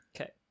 okay